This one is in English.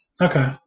okay